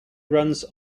runs